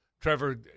Trevor